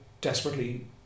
desperately